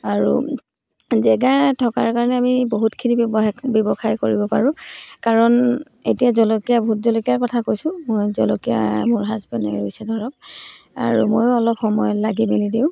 আৰু জেগা থকাৰ কাৰণে আমি বহুতখিনি ব্যৱসায় ব্যৱসায় কৰিব পাৰোঁ কাৰণ এতিয়া জলকীয়া ভোট জলকীয়াৰ কথা কৈছোঁ ভোট জলকীয়া মোৰ হাজবেণ্ডে ৰুইছে ধৰক আৰু ময়ো অলপ সময় লাগি মেলি দিওঁ